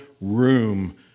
room